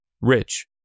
rich